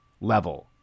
level